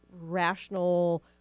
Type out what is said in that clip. rational